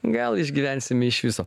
gal išgyvensime iš viso